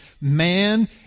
man